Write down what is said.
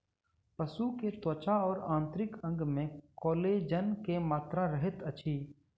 पशु के त्वचा और आंतरिक अंग में कोलेजन के मात्रा रहैत अछि